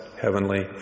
heavenly